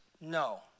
no